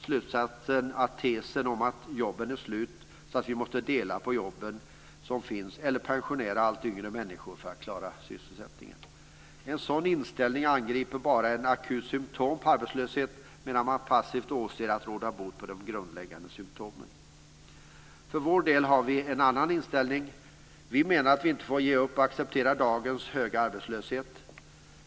Slutsatsen är att jobben är slut och att vi måste dela på de jobb som finns eller pensionera allt yngre människor för att klara sysselsättningen. En sådan inställning angriper bara ett akut symtom på arbetslöshet medan man passivt åser och inte råder bot på den grundläggande problemen. För vår del har vi en annan inställning. Vi menar att vi inte får ge upp och acceptera dagens höga arbetslöshet.